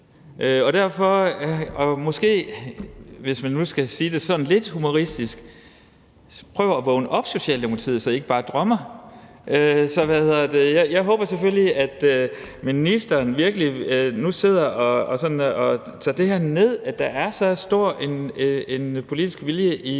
virkelighed, og hvis man nu skal sige det sådan lidt humoristisk, vil jeg sige: Prøv at vågne op, Socialdemokratiet, så I ikke bare drømmer. Så jeg håber selvfølgelig, at ministeren virkelig nu sidder og tager ned, at der er så stor en politisk vilje i